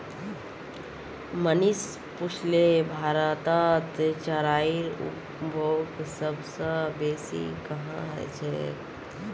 मनीष पुछले भारतत चाईर उपभोग सब स बेसी कुहां ह छेक